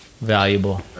valuable